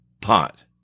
pot